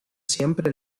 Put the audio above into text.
siempre